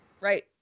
Right